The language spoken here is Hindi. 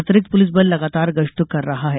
अतिरिक्त पुलिस बल लगातार गश्त कर रहा है